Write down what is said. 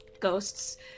ghosts